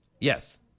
Yes